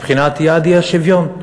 מבחינת יעד האי-שוויון.